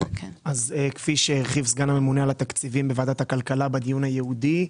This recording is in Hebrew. כפי שהרחיב סגן הממונה על התקציבים בוועדת הכלכלה בדיון הייעודי,